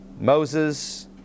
Moses